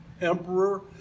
emperor